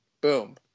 boom